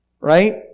right